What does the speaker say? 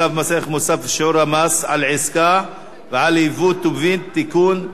מוסף (שיעור המס על עסקה ועל ייבוא טובין) (תיקון),